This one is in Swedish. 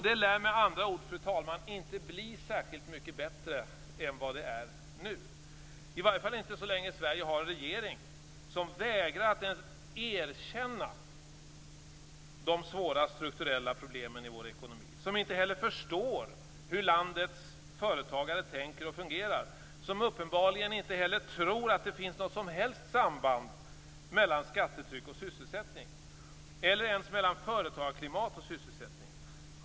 Det lär med andra ord, fru talman, inte bli särskilt mycket bättre än vad det är nu, i varje fall inte så länge Sverige har en regering som vägrar att ens erkänna de svåra strukturella problemen i vår ekonomi, som inte förstår hur landets företagare tänker och fungerar och som uppenbarligen inte heller tror att det finns något som helst samband mellan skattetryck och sysselsättning eller ens mellan företagarklimat och sysselsättning.